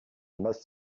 masse